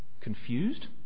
Confused